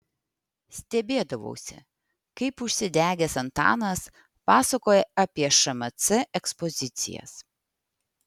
stebėdavausi kaip užsidegęs antanas pasakoja apie šmc ekspozicijas